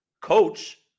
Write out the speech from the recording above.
coach